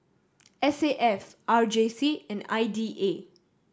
S A F R J C and I D A